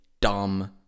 dumb